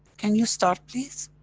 can you start please?